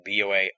BOA